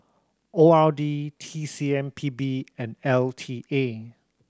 O R D T C M P B and L T A